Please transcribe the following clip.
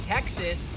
Texas